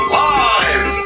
live